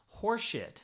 horseshit